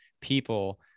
people